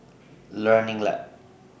Learning Lab